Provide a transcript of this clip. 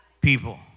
people